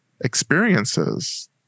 Experiences